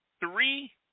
Three